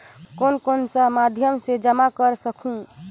कौन कौन सा माध्यम से जमा कर सखहू?